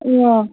অঁ